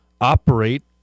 operate